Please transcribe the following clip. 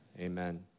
Amen